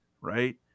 right